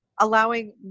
Allowing